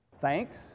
Thanks